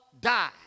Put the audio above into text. die